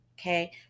Okay